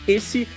Esse